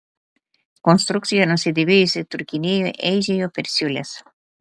konstrukcija nusidėvėjusi trūkinėjo eižėjo per siūles